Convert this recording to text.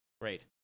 great